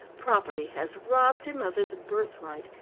property has robbed him of his birthright,